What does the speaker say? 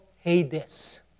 Hades